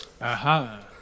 Aha